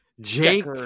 jake